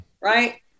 right